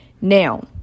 Now